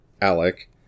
Alec